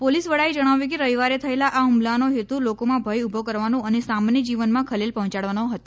police વડાએ જણાવ્યું કે રવિવારે થયેલા આ હુમલાનો હેતુ લોકોમાં ભય ઉભો કરવાનો અને સામાન્ય જીવનમાં ખલેલ પહોચાડવાનો હતો